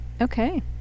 Okay